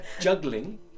juggling